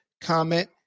comment